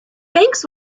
banks